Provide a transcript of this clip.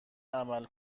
عمل